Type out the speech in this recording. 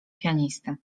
pianisty